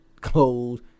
clothes